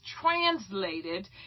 translated